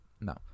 No